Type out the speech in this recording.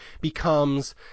becomes